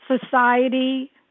Society